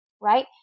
Right